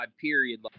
period